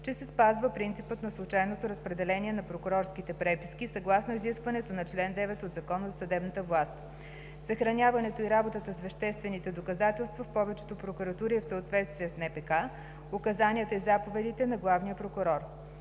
че се спазва принципът на случайното разпределение на прокурорските преписки съгласно изискването на чл. 9 от Закона за съдебната власт. Съхраняването и работата с веществените доказателства в повечето прокуратури е в съответствие с НПК, указанията и заповедите на главния прокурор.